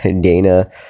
Dana